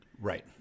Right